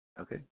Okay